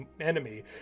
enemy